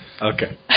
Okay